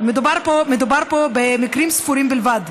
מדובר פה במקרים ספורים בלבד,